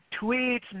tweets